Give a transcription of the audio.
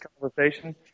conversation